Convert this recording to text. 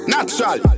Natural